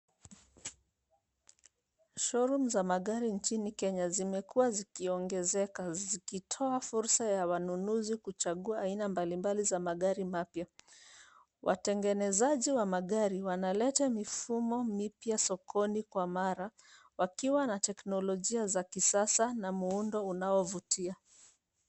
Showrooms za magari nchini Kenya, zimekuwa zikiongezeka, zikitoa fursa ya wanunuzi kuchagua aina mbalimbali za magari mapya. Watengenezaji wa magari wanaleta mifumo mipya sokoni kwa mara, wakiwa na teknolojia za kisasa na muundo unaovutia.